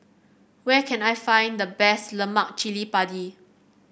where can I find the best Lemak Cili Padi